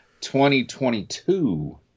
2022